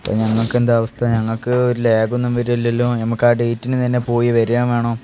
അപ്പോൾ ഞങ്ങൾക്കെന്താ അവസ്ഥ ഞങ്ങൾക്ക് ഒരു ലാഗൊന്നും വരില്ലല്ലോ നമ്മൾക്ക് ആ ഡേറ്റിനു തന്നെ പോയിവരികയും വേണം